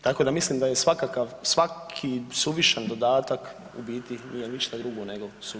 Tako da mislim da je svaki suvišan dodatak u biti nije ništa drugo nego suvišan.